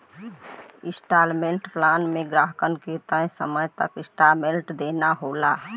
instalment plan में ग्राहकन के तय समय तक इन्सटॉलमेंट देना होला